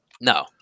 No